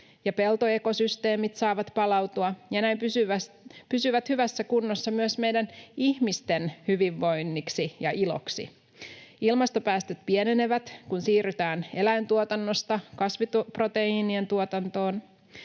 peltoekosysteemit saavat palautua ja näin pysyvät hyvässä kunnossa myös meidän ihmisten hyvinvoinniksi ja iloksi. Ilmastopäästöt pienenevät, kun siirrytään eläintuotannosta kasviproteiinien tuotantoon.